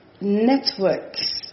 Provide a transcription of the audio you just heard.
networks